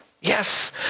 Yes